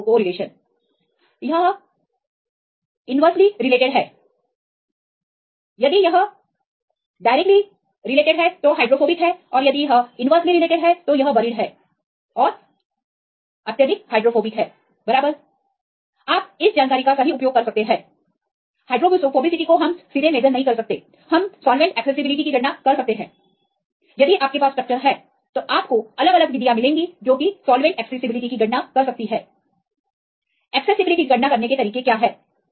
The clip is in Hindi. नेगेटिव सहसंबंध यह विपरीत रूप से सही है यदि यह अत्यधिक सुलभ है तो कम हाइड्रोफोबिक है और यदि यह कम सुलभ है तो बरीड है वे अत्यधिक हाइड्रोफोबिक हैं बराबर आप इस जानकारी का सही उपयोग कर सकते हैं हाइड्रोफोबिसिटी जिसे हम सीधे माप नहीं सकते हैं लेकिन क्या हम एक्सेसिबिलिटी की गणना कर सकते हैं हां यदि आपके पास स्ट्रक्चरस हैं तो आपको अलग अलग विधियां मिलीं जो कि एक्सेसिबिलिटी की गणना करने के तरीके हैं